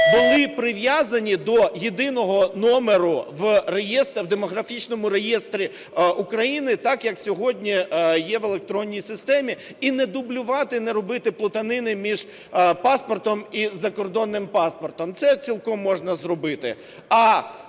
були прив'язані до єдиного номера в реєстрі, в демографічному реєстрі України, так, як сьогодні є в електронній системі. І не дублювати, не робити плутанини між паспортом і закордонним паспортом. Це цілком можна зробити.